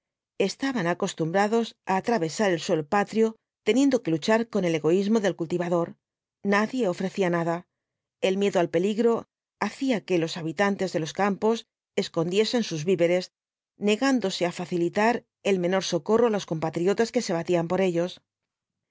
estaban acostumbrados á atravesar el suelo patrio teniendo que luchar con el egoísmo del cultivador nadie ofrecía nada el miedo al peligro hacía que los habitantes de los campos escondiesen sus víveres negándose á facilitar el menor socorro á los compatriotas que se batían por ellos el